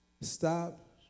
Stop